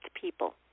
people